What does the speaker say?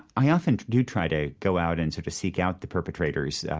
i often do try to go out and sort of seek out the perpetrators